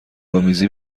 آمیزی